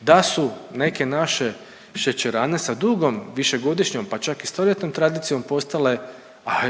Da su neke naše šećerane sa dugom višegodišnjom, pa čak i stoljetnom tradicijom postale